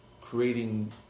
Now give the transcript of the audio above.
creating